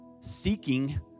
seeking